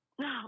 No